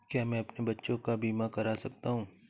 क्या मैं अपने बच्चों का बीमा करा सकता हूँ?